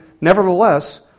nevertheless